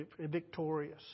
victorious